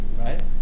right